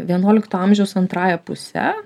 vienuolikto amžiaus antrąja puse